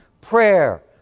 prayer